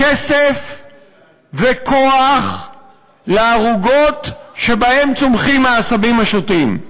כסף וכוח לערוגות שבהן צומחים העשבים השוטים.